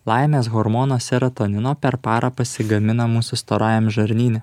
laimės hormono serotonino per parą pasigamina mūsų storajam žarnyne